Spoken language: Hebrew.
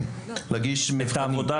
שיהיה להם ביטחון לדבר,